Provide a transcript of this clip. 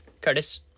Curtis